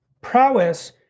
prowess